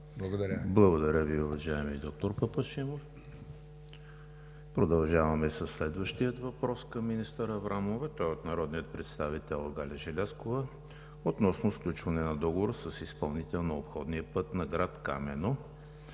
Благодаря Ви, уважаеми доктор Папашимов. Продължаваме със следващия въпрос към министър Аврамова. Той е от народния представител Галя Желязкова относно сключване на договор с изпълнител на обходния път на град Камено.